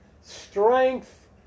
strength